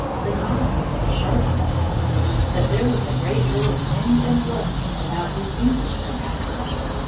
the colonists were sharp enough to see that there was a great deal of wind and bluster about this englishman after all.